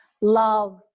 Love